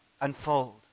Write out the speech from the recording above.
unfold